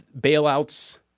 bailouts